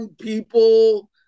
people